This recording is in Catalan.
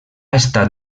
estat